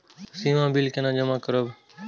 सीमा bill केना जमा करब?